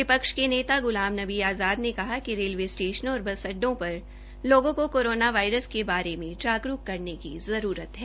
विपक्ष के नेता गुलाम नबी आज़ाद ने कहा कि रेलवे स्टेशनों और बस अड्डो पर लोगों को कोरोना वायरस के बारे में जागरूक करने की जरूरत है